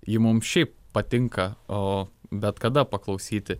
ji mum šiaip patinka o bet kada paklausyti